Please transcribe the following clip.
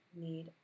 need